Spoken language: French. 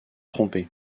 trompez